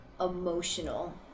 emotional